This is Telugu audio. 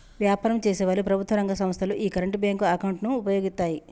వ్యాపారం చేసేవాళ్ళు, ప్రభుత్వం రంగ సంస్ధలు యీ కరెంట్ బ్యేంకు అకౌంట్ ను వుపయోగిత్తాయి